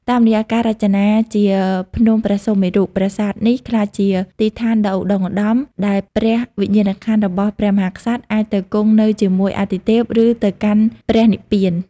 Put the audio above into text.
តាមរយៈការរចនាជាភ្នំព្រះសុមេរុ ប្រាសាទនេះក្លាយជាទីឋានដ៏ឧត្ដុង្គឧត្ដម ដែលព្រះវិញ្ញាណក្ខន្ធរបស់ព្រះមហាក្សត្រអាចទៅគង់នៅជាមួយអាទិទេព ឬទៅកាន់ព្រះនិព្វាន។